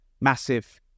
massive